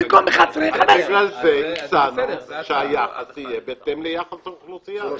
במקום 11 יהיה 15. בגלל זה הצענו שהיחס יהיה בהתאם ליחס האוכלוסייה.